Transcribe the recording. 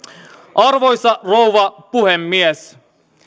arvoisa rouva puhemies